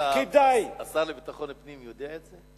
כדאי, השר לביטחון פנים יודע את זה?